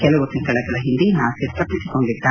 ಕೆಲವು ತಿಂಗಳಗಳ ಹಿಂದೆ ನಾಸೀರ್ ತಪ್ಪಿಸಿಕೊಂಡಿದ್ದ